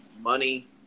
money